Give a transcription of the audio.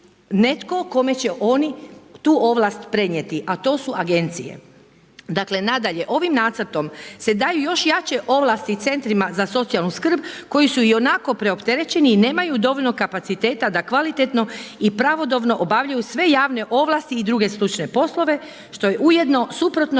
netko kome će oni tu ovlast prenijeti, a to su agencije. Dakle, nadalje, ovim nacrtom se daju još jače ovlasti centrima za socijalnu skrb, koji su ionako preopterećeni i nemaju dovoljno kapaciteta da kvalitetno i pravodobno obavljaju sve javne ovlasti i druge stručne poslove, što je ujedno suprotno